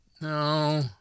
No